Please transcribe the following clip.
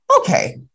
Okay